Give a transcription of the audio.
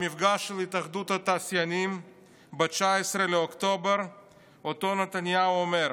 במפגש של התאחדות התעשיינים ב-19 באוקטובר אותו נתניהו אומר: